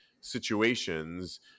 situations